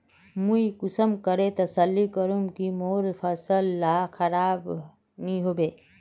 मुई कुंसम करे तसल्ली करूम की मोर फसल ला खराब नी होबे?